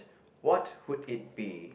what would it be